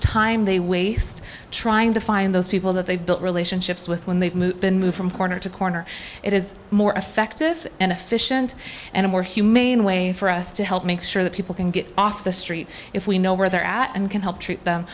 time they waste trying to find those people that they've built relationships with when they've been moved from corner to corner it is more effective and efficient and a more humane way for us to help make sure that people can get off the street if we know where they're at and can help